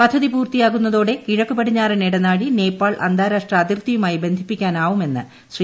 പദ്ധതി പൂർത്തിയാകുന്നതോടെ കിഴക്കുപടിഞ്ഞാറൻ ഇടനാഴി നേപ്പാൾ അന്താരാഷ്ട്ര അതിർത്തിയുമായി ബന്ധിപ്പിക്കാനാവുമെന്ന് ശ്രീ